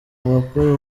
abakora